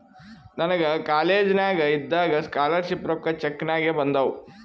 ನನಗ ಕಾಲೇಜ್ನಾಗ್ ಇದ್ದಾಗ ಸ್ಕಾಲರ್ ಶಿಪ್ ರೊಕ್ಕಾ ಚೆಕ್ ನಾಗೆ ಬಂದಾವ್